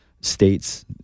states